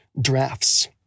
drafts